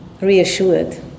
reassured